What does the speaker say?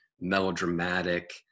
melodramatic